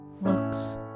looks